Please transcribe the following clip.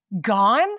Gone